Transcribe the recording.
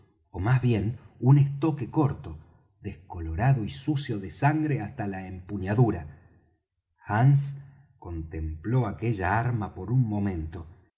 ó más bien un estoque corto descolorado y sucio de sangre hasta la empuñadura hands contempló aquella arma por un momento